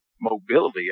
mobility